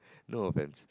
no offence